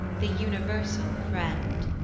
the universal friend.